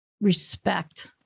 Respect